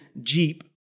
Jeep